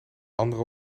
andere